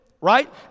Right